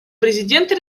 президента